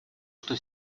что